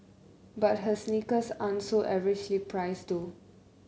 but her sneakers aren't so averagely priced though